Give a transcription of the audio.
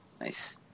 nice